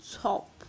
top